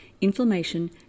inflammation